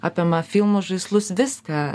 apima filmus žaislus viską